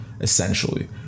essentially